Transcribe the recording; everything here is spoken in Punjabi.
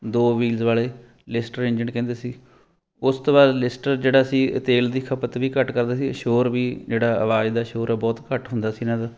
ਦੋ ਵੀਲਸ ਵਾਲੇ ਲਿਸਟਰ ਇੰਜਣ ਕਹਿੰਦੇ ਸੀ ਉਸ ਤੋਂ ਬਾਅਦ ਲਿਸਟਰ ਜਿਹੜਾ ਸੀ ਤੇਲ ਦੀ ਖਪਤ ਵੀ ਘੱਟ ਕਰਦਾ ਸੀ ਸ਼ੋਰ ਵੀ ਜਿਹੜਾ ਆਵਾਜ਼ ਦਾ ਸ਼ੋਰ ਆ ਬਹੁਤ ਘੱਟ ਹੁੰਦਾ ਸੀ ਇਹਨਾਂ ਦਾ